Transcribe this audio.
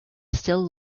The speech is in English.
still